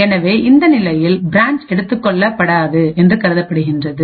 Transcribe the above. எனவேஇந்த நிலையில் பிரான்ச் எடுத்துக்கொள்ளப்படாது என்று கருதப்படுகிறது